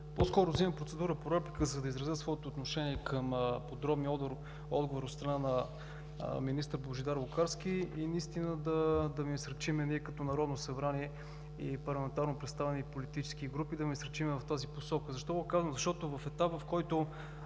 По-скоро взимам процедура по реплика, за да изразя своето отношение към подробния отговор от страна на министър Божидар Лукарски и наистина ние като Народно събрание и парламентарно представени политически групи да го насърчим в тази посока. Защо го казвам? Защото в етап, в който